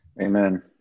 Amen